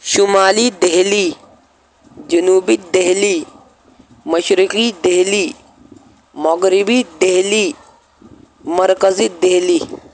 شمالی دلی جنوبی دلی مشرقی دلی مغربی دلی مرکزی دلی